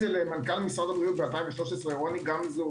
זה למנכ"ל משרד הבריאות ב-2013 רוני גמזו